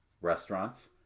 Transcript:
restaurants